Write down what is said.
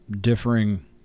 differing